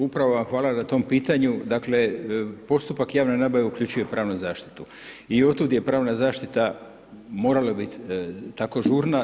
Upravo hvala na tom pitanju, dakle postupak javne nabave uključuje pravnu zaštitu i od tud je pravna zaštita morala bit tako žurna.